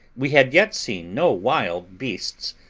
we had yet seen no wild beasts,